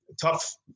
tough